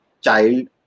child